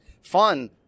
fun